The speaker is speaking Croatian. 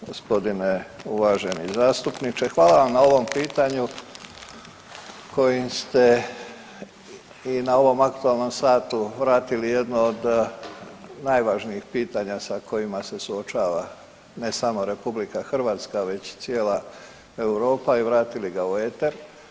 Gospodine uvaženi zastupniče, hvala vam na ovom pitanju kojim ste i na ovom aktualnom satu vratili jedno od najvažnijih pitanja sa kojima se suočava ne samo RH već cijela Europa i vratili ga u eter.